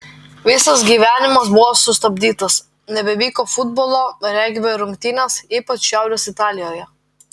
visas gyvenimas buvo sustabdytas nebevyko futbolo regbio rungtynės ypač šiaurės italijoje